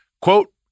quote